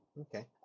okay